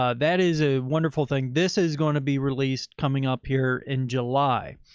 ah that is a wonderful thing. this is going to be released coming up here in july.